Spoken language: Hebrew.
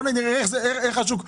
בואו נראה איך השוק עובד,